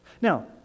Now